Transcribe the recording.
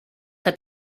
que